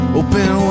open